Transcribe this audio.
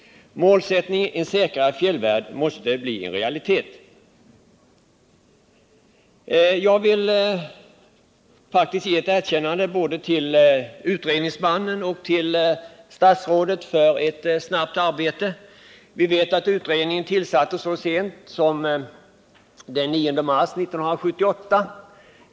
Målsättningen en säkrare fjällvärld måste bli en realitet. Jag vill ge ett erkännande både till utredningsmannen och till statsrådet för ett snabbt utfört arbete. Vi vet att utredningen tillsattes så sent som den 9 mars 1978.